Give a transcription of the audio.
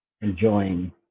enjoying